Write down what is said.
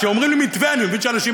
כשאומרים לי "מתווה" אני מבין שאנשים,